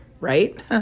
right